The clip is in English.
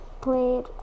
played